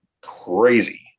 crazy